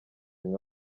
nka